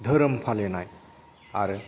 धोरोम फालिनाय आरो